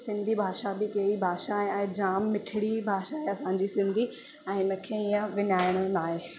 सिंधी भाषा बि कहिड़ी भाषा आहे ऐं जाम मिठिड़ी भाषा आहे असांजी सिंधी ऐं हिनखे इअं विञाइणो न आहे